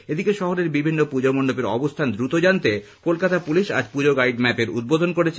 এদিকে শহরের বিভিন্ন পুজো মন্ডপের অবস্হান দ্রুত জানতে কলকাতা পুলিশ আজ পূজা গাইড ম্যাপের উদ্বোধন করেছে